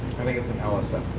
i think it's an l ah so